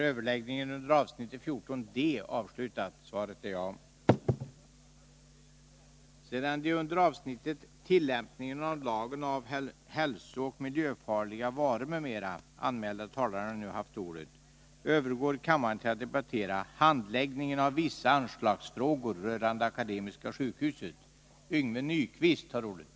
Sedan de under avsnittet Regeringens handläggning av ärende rörande Kockums Construction AB anmälda talarna nu haft ordet övergår kammaren till att debattera Handläggningen av länsläkarorganisationens avveckling.